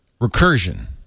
recursion